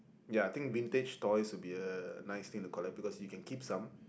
ya I think vintage toys will be a nice thing to collect because you can keep some